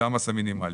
זה המס המינימלי.